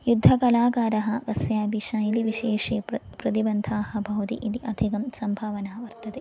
युद्धकलाकारः कस्यापि शैलीविशेषे प्र प्रतिबन्धाः भवति इति अधिकं सम्भावना वर्तते